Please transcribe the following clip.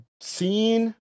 seen